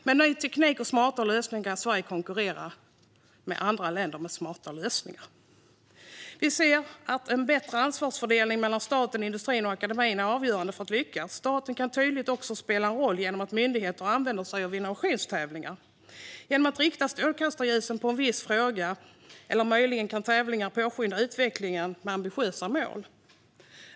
Med ny teknik och smarta lösningar kan Sverige konkurrera med andra länder som har smarta lösningar. Vi ser att en bättre ansvarsfördelning mellan staten, industrin och akademin är avgörande för att lyckas. Staten kan också tydligt spela en roll genom att myndigheter använder sig av innovationstävlingar. Genom att rikta strålkastarljuset mot en viss fråga eller möjlighet kan tävlingar påskynda utvecklingen mot ambitiösa mål.